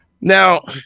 Now